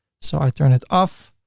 so i turn it off.